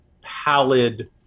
pallid